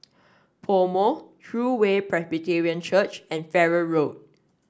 PoMo True Way Presbyterian Church and Farrer Road